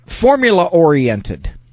formula-oriented